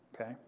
okay